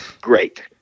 Great